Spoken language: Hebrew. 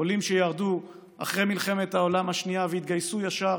עולים שירדו אחרי מלחמת העולם השנייה והתגייסו ישר